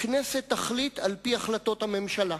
הכנסת תחליט על-פי החלטות הממשלה.